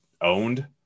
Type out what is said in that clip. owned